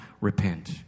repent